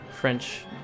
French